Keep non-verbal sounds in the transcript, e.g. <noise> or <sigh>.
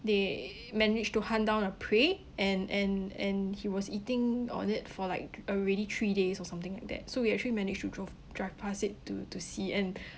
they managed to hunt down a prey and and and he was eating on it for like already three days or something like that so we actually managed to drove drive past it to to see and <breath>